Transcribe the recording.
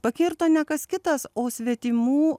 pakirto ne kas kitas o svetimų